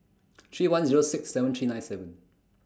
three one Zero six seven three nine seven